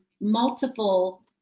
multiple